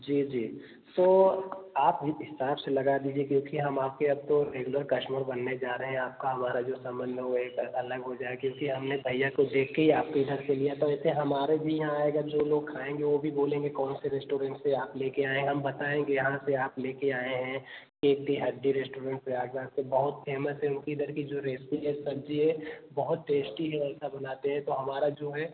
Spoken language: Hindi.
जी जी सो आप ही हिसाब से लगा दीजिए क्योंकि हम आपके अब तो रेगुलर कस्टमर बनने जा रहे हैं आपका हमारा जो संबंध है वो एक अलग हो जाए क्योंकि हमने भैया को देख के ही आपके इधर से लिया तो ऐसे हमारे भी यहाँ आएगा जो लोग खाएँगे वो भी बोलेंगे कौनसे रेस्टोरेंट से आप ले के आए हम बताएँगे यहाँ से आप ले के आए हैं केक दी हड्डी रेस्टोरेंट से आप यहाँ से बहुत फेमस है उनकी इधर की जो रेसिपी है सब्जी है बहुत टेस्टी है ऐसा बनाते हैं तो हमारा जो है